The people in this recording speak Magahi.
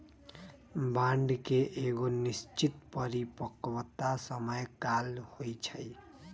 बांड के एगो निश्चित परिपक्वता समय काल होइ छइ